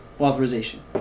authorization